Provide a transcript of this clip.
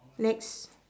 next